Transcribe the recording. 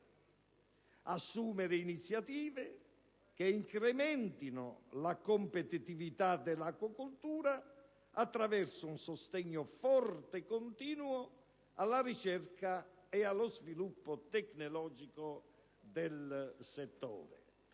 assumere iniziative che incrementino la competitività dell'acquacoltura, attraverso un sostegno forte e continuo alla ricerca e allo sviluppo tecnologico del settore,